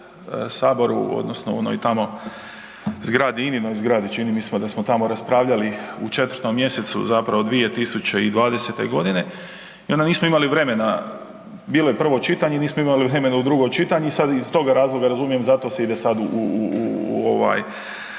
u Saboru, odnosno u onoj tamo zgradi, INA-inoj zgradi, čini mi se da smo tamo raspravljali u 4. mj. zapravo 2020. g. i onda nismo imali vremena, bilo je prvo čitanje i nismo imali vremena u drugo čitanje i sada iz toga razloga, razumijem, zato se ide sad u žurnu